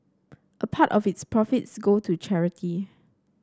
a part of its profits go to charity